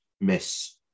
miss